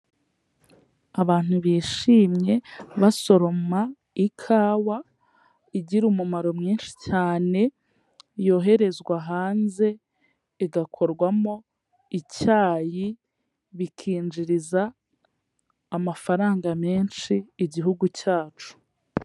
Abantu bishimye basoroma ikawa, igira umumaro mwinshi cyane, yoherezwa hanze igakorwamo icyayi, bikinjiriza amafaranga menshi igihugu cyacu.